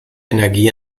energie